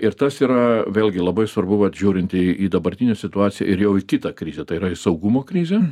ir tas yra vėlgi labai svarbu vat žiūrint į į dabartinę situaciją ir jau į kitą krizę tai yra į saugumo krizę